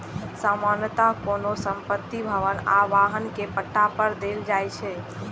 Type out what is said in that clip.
सामान्यतः कोनो संपत्ति, भवन आ वाहन कें पट्टा पर देल जाइ छै